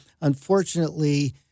unfortunately